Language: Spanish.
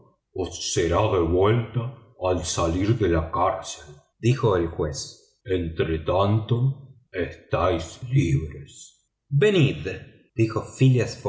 os será devuelta al salir de la cárcel dijo el juez entretanto estáis libre venid dijo